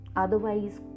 otherwise